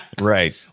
Right